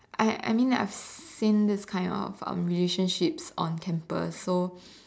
I I mean that I've seen this kind of um relationships on campus so